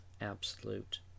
absolute